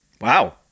Wow